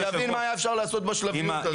אם אפשר היה לעשות בשלביות הזאת.